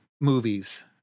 movies